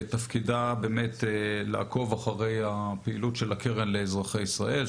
תפקידה לעקוב אחר הפעילות של הקרן לאזרחי ישראל,